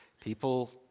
People